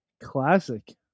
Classic